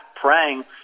praying